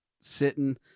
sitting